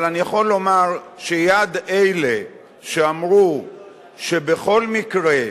אבל אני יכול לומר שיד אלה שאמרו שבכל מקרה,